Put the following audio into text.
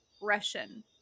Russian